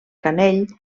canell